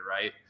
Right